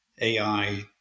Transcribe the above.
AI